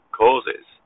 causes